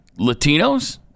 Latinos